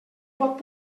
pot